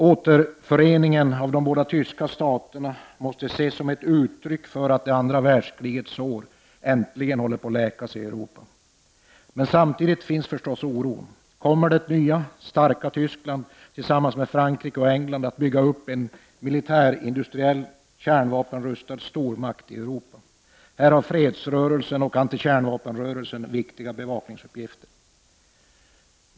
Återföreningen av de båda staterna måste ses som ett uttryck för att det andra världskrigets sår i Europa äntligen håller på att läkas. Men samtidigt finns förstås oron. Kommer det nya starka Tyskland att tillsammans med Frankrike och England bygga upp en militärindustriell, kärnvapenrustad stormakt i Europa? Här har fredsrörelsen och antikärnvapenrörelsen viktiga bevakningsuppgifter.